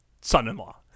son-in-law